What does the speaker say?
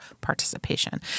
participation